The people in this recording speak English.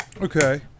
Okay